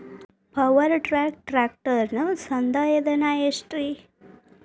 Power track ಟ್ರ್ಯಾಕ್ಟರನ ಸಂದಾಯ ಧನ ಎಷ್ಟ್ ರಿ?